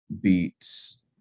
Beats